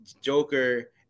Joker